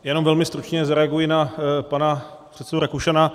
Jenom velmi stručně zareaguji na pana předsedu Rakušana.